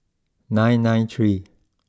nine nine three